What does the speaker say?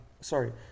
sorry